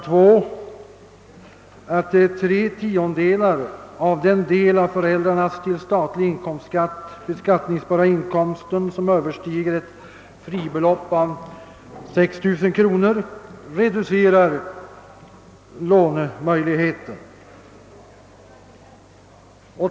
2, att tre tiondelar av den del av föräldrarnas till statlig inkomstskatt beskattningsbara inkomst som överstiger ett fribelopp av 6 000. kronor reducerar lånemöjligheten.